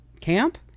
Camp